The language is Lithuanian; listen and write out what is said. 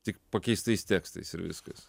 tik pakeistais tekstais ir viskas